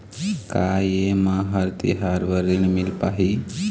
का ये म हर तिहार बर ऋण मिल पाही?